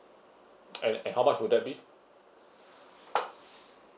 and and how much would that be